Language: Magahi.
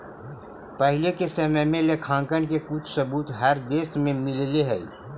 पहिले के समय में लेखांकन के कुछ सबूत हर देश में मिलले हई